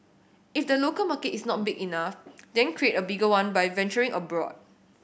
if the local market is not big enough then create a bigger one by venturing abroad